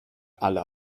alle